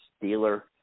dealer